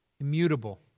immutable